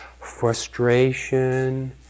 frustration